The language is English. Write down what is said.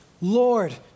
Lord